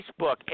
facebook